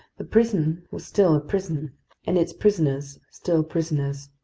the prison was still a prison and its prisoners still prisoners.